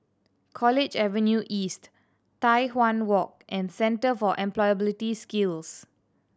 College Avenue East Tai Hwan Walk and Centre for Employability Skills